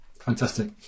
fantastic